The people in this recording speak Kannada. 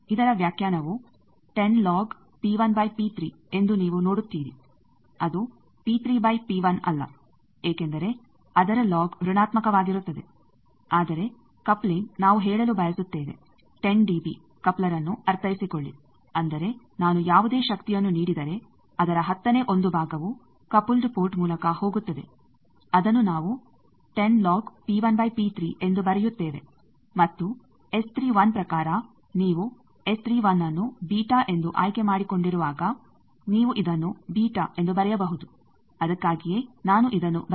ಇದರ ವ್ಯಾಖ್ಯಾನವು ಎಂದು ನೀವು ನೋಡುತ್ತೀರಿ ಅದು ಅಲ್ಲ ಏಕೆಂದರೆ ಅದರ ಲೋಗ್ ಋಣಾತ್ಮಕವಾಗಿರುತ್ತದೆ ಆದರೆ ಕಪ್ಲಿಂಗ್ ನಾವು ಹೇಳಲು ಬಯಸುತ್ತೇವೆ 10 ಡಿಬಿ ಕಪ್ಲರ್ಅನ್ನು ಅರ್ಥೈಸಿಕೊಳ್ಳಿ ಅಂದರೆ ನಾನು ಯಾವುದೇ ಶಕ್ತಿಯನ್ನು ನೀಡಿದರೆ ಅದರ ಹತ್ತನೇ ಒಂದು ಭಾಗವು ಕಪಲ್ಡ್ ಪೋರ್ಟ್ ಮೂಲಕ ಹೋಗುತ್ತದೆ ಆದನ್ನು ನಾವು ಎಂದು ಬರೆಯುತ್ತೇವೆ ಮತ್ತು ಪ್ರಕಾರ ನೀವು ಅನ್ನು ಬೀಟಾ ಎಂದು ಆಯ್ಕೆಮಾಡಿಕೊಂಡಿರುವಾಗ ನೀವು ಇದನ್ನು ಎಂದು ಬರೆಯಬಹುದು ಅದಕ್ಕಾಗಿಯೇ ನಾನು ಇದನ್ನು ಬರೆದಿದ್ದೇನೆ